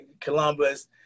Columbus